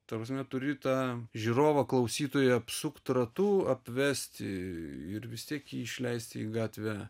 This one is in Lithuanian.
ta prasme turi tą žiūrovą klausytoją apsukt ratu apvesti ir vis tiek jį išleisti į gatvę